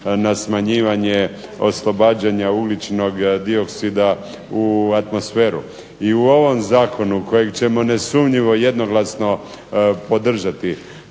na smanjivanje oslobađanja uličnog dioksida u atmosferu. I u ovom zakonu kojeg ćemo nesumnjivo jednoglasno podržati